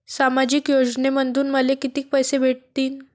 सामाजिक योजनेमंधून मले कितीक पैसे भेटतीनं?